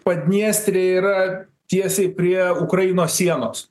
padniestrė yra tiesiai prie ukrainos sienos